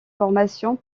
formations